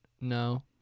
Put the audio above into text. No